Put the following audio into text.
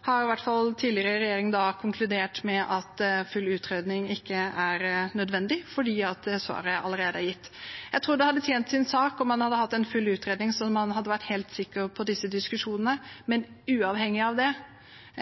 har i hvert fall tidligere regjering konkludert med at full utredning ikke er nødvendig, fordi svaret allerede er gitt. Jeg tror det hadde tjent saken om man hadde hatt en full utredning, så man hadde vært helt sikker i disse diskusjonene. Men uavhengig av det